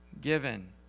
given